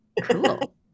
cool